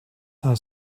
are